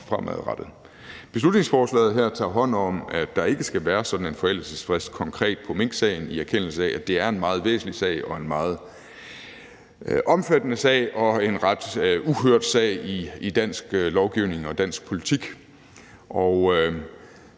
Beslutningsforslaget her tager hånd om det, så der ikke skal være sådan en forældelsesfrist konkret i minksagen, i erkendelse af at det er en meget væsentlig sag, en meget omfattende sag og en ret uhørt sag i dansk lovgivning og dansk politik.